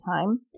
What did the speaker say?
time